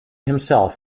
himself